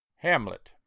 HAMLET